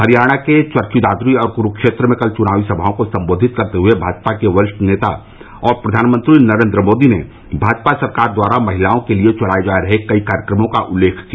हरियाणा के चरखी दादरी और कुरूक्षेत्र में कल चुनावी सभाओं को सम्बोधित करते हुए भाजपा के वरिष्ठ नेता और प्रधानमंत्री नरेन्द्र ने भाजपा सरकार द्वारा महिलाओं के लिए चलाये जा रहे कई कार्यक्रमों का उल्लेख किया